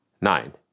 Nine